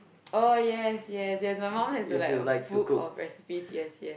oh yes yes my mum have like a book recipes yes yes